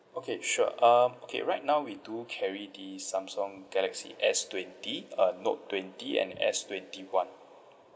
okay sure um okay right now we do carry the samsung galaxy S twenty uh note twenty and S twenty one